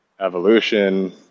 evolution